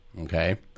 Okay